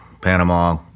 Panama